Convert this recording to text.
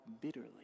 bitterly